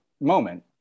moment